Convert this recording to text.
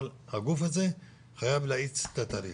אבל הגוף הזה חייב להאיץ את התהליך.